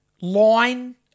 line